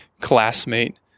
classmate